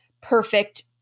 perfect